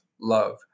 love